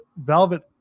Velvet